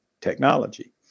technology